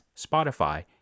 Spotify